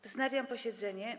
Wznawiam posiedzenie.